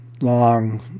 long